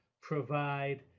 provide